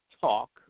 talk